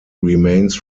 remains